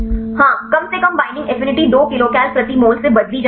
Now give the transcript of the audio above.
हाँ कम से कम बईंडिंग एफिनिटी 2 किलोकल प्रति मोल से बदल जाती है